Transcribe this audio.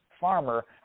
Farmer